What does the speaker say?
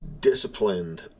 disciplined